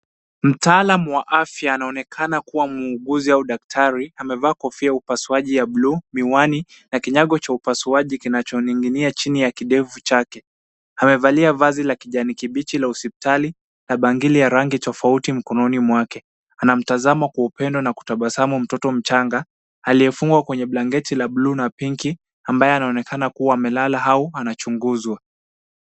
Mtaalam wa afya anaonekana kuwa muuguzi au daktari amevaa kofia ya upasuaji ya bluu, miwani na kinyago cha upasuaji kinachoning'inia chini ya kidevu chake. Amevalia vazi la kijani kibichi la hospitali na bangili ya rangi tofauti mkononi mwake. Anamtazama kwa upendo na kutabasamu mtoto mchanga aliyefungwa kwenye blanketi la bluu na pinki ambaye anaonekana kuwa amelala au anachunguzwa.